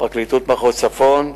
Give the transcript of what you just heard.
מחוז צפון.